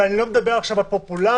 ואני לא מדבר עכשיו על פופולריות,